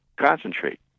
concentrate